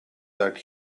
that